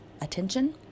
attention